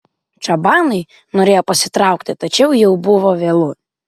čabanai norėjo pasitraukti tačiau jau buvo vėlu